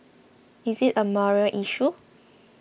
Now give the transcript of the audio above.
is it a moral issue